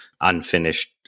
unfinished